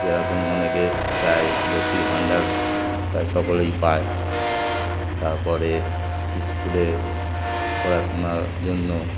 যেরকম অনেকে প্রায় লক্ষ্মীর ভণ্ডার প্রায় সকলেই পায় তারপরে স্কুলে পড়াশোনার জন্য